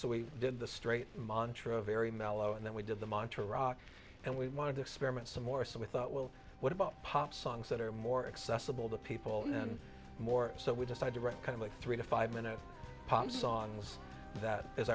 so we did the straight montreaux very mellow and then we did the montreux rock and we wanted to experiment some more so we thought well what about pop songs that are more accessible to people and then more so we decided to write kind of like three to five minute pop songs that is